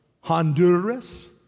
Honduras